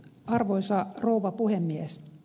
arvoisa rouva puhemies